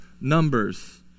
Numbers